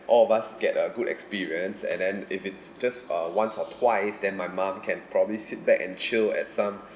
all of us get a good experience and then if it's just uh once or twice then my mom can probably sit back and chill at some